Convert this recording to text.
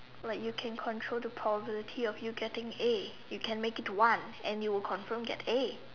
like you can control the probability of you getting a you can make it one and you will confirm get A